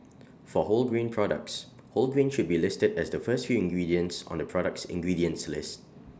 for wholegrain products whole grain should be listed as the first few ingredients on the product's ingredients list